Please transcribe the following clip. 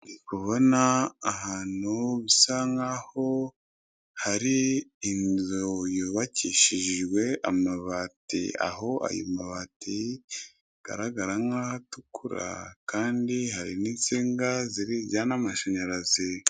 Ndi kubona ahantu bisa nkaho hari inzu yubakishishijwe amabati, aho ayo mabati agaragara nk'ahatukura kandi hari n'insinga zijyana amashanyarazi.